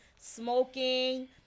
smoking